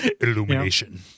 Illumination